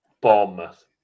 Bournemouth